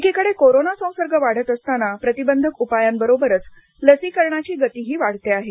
एकिकडे corona संसर्ग वाढत असताना प्रतिबंधक उपायांबरोबरच लसीकरणाची गतीही वाढते आहे